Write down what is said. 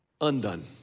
undone